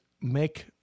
make